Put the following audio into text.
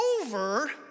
over